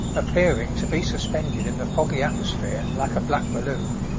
appearing to be suspended in the foggy atmosphere like a black balloon,